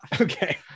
okay